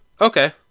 Okay